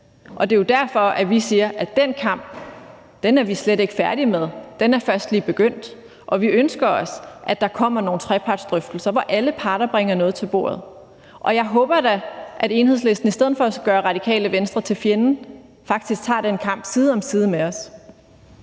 og det er jo derfor, at vi siger, at den kamp er vi slet ikke færdige med. Den er først lige begyndt, og vi ønsker også, at der kommer nogle trepartsdrøftelser, hvor alle parter bringer noget til bordet. Og jeg håber da, at Enhedslisten i stedet for at gøre Radikale Venstre til fjenden faktisk tager den kamp side om side med os.